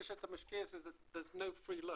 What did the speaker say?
כשאתה משקיע אין ארוחות חינם,